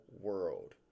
world